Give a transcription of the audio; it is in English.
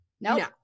no